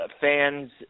fans